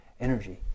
energy